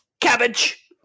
cabbage